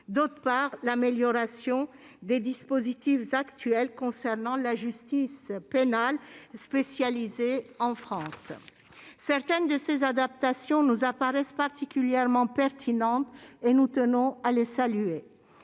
d'autre part, l'amélioration des dispositifs actuels concernant la justice pénale spécialisée en France. Certaines de ces adaptations nous apparaissent particulièrement pertinentes et nous tenons à les saluer.